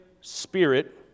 spirit